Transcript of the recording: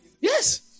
Yes